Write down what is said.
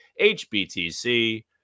HBTC